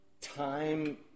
Time